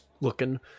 looking